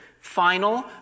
final